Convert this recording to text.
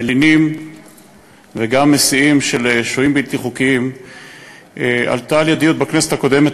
מלינים וגם מסיעים של שוהים בלתי חוקיים עלתה על-ידי עוד בכנסת הקודמת,